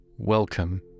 Welcome